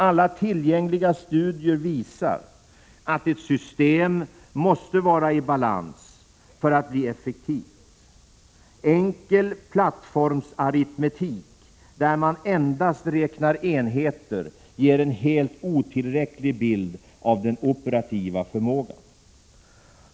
Alla tillgängliga studier visar att ett system måste vara i balans för att bli effektivt. Enkel plattformsaritmetik, där man endast räknar enheter, ger en helt otillräcklig bild av den operativa förmågan.